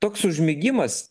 toks užmigimas